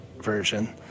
version